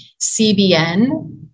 CBN